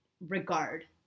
regard